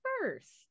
first